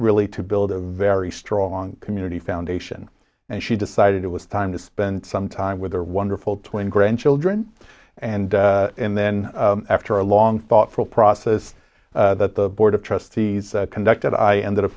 really to build a very strong community foundation and she decided it was time to spend some time with her wonderful twin grandchildren and and then after a long thoughtful process that the board of trustees conducted i ended up